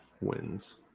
wins